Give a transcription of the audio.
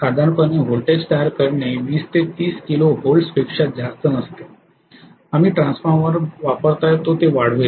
साधारणपणे व्होल्टेज तयार करणे 20 ते 30 किलो व्होल्टपेक्षा जास्त नसते आम्ही ट्रान्सफॉर्मर वापरतो तो ते वाढ्वेल